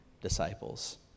disciples